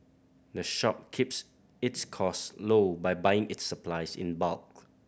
the shop keeps its cost low by buying its supplies in bulk